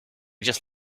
just